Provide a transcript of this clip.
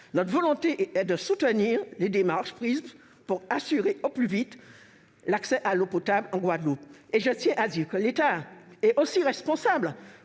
Notre volonté est de soutenir les démarches en cours pour assurer au plus tôt l'accès à l'eau potable en Guadeloupe. Je tiens à indiquer que l'État porte une responsabilité